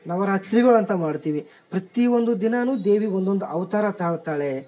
ನವರಾತ್ರಿಗಳ್ ಅಂತ ಮಾಡ್ತೀವಿ ಪ್ರತೀಯೊಂದು ದಿನ ದೇವಿಗೊಂದೊಂದು ಅವತಾರ ತಾಳ್ತಾಳೆ